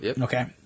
okay